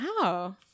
Wow